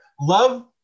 Love